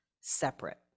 separate